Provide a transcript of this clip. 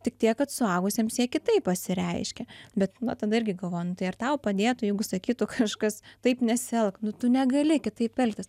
tik tiek kad suaugusiems jie kitaip pasireiškia bet no tada irgi galvo nu tai ar tau padėtų jeigu sakytų kažkas taip nesielk nu tu negali kitaip elgtis